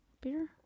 beer